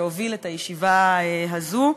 שהוביל את הישיבה הזאת.